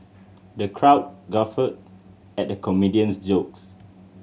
the crowd guffawed at the comedian's jokes